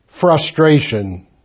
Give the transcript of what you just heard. Frustration